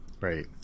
Right